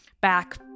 back